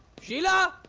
sheila!